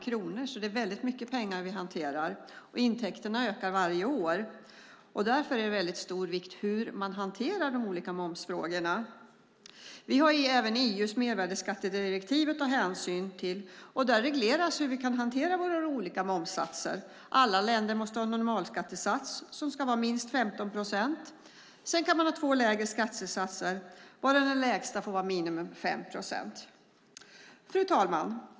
Det är alltså väldigt mycket pengar vi hanterar, och intäkterna ökar varje år. Därför är det av stor vikt hur man hanterar de olika momsfrågorna. Vi har även EU:s mervärdeskattedirektiv att ta hänsyn till, och där regleras hur vi kan hantera våra olika momssatser. Alla länder måste ha en normalskattesats som ska vara minst 15 procent. Sedan kan man ha två lägre skattesatser varav den lägsta får vara minimum 5 procent. Fru talman!